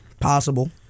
Possible